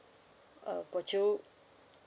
uh would you